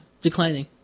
Declining